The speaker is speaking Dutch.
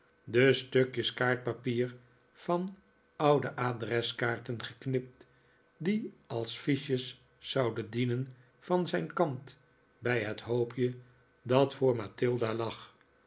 de stukjes kaartpapier van oude adreskaarten geknipt die als fiches zouden dienen van zijn kant bij het hoopje dat voor mathilda lag